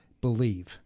believe